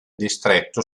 distretto